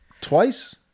twice